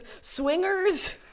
swingers